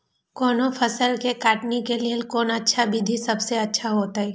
कोनो फसल के कटनी के लेल कोन अच्छा विधि सबसँ अच्छा होयत?